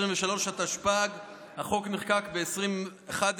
התשפ"ג 2023. החוק נחקק ב-2011,